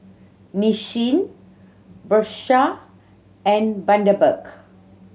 Nissin Bershka and Bundaberg